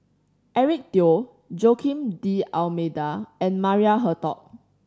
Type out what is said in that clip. Eric Teo Joaquim D'Almeida and Maria Hertogh